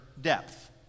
depth